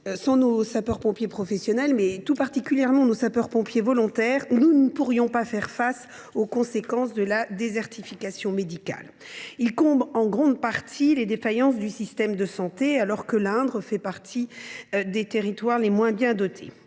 sans nos sapeurs pompiers professionnels et, tout particulièrement, volontaires, nous ne pourrions pas faire face aux conséquences de la désertification médicale. Ils comblent en grande partie les défaillances du système de santé, alors que l’Indre fait partie des territoires les moins bien dotés.